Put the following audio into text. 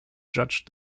judged